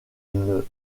une